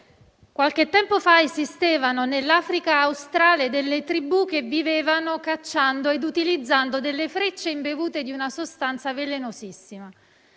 qualche tempo fa esistevano nell'Africa australe delle tribù che vivevano cacciando e utilizzando delle frecce imbevute di una sostanza velenosissima.